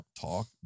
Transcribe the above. talk